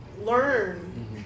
learn